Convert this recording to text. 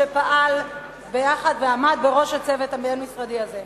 שפעל ביחד ועמד בראש הצוות הבין-משרדי הזה.